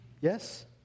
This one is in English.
Yes